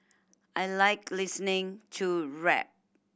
I like listening to rap